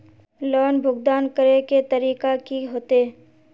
Loan भुगतान करे के तरीका की होते?